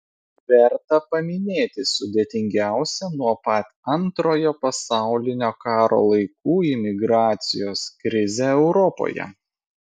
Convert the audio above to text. verta paminėti sudėtingiausią nuo pat antrojo pasaulinio karo laikų imigracijos krizę europoje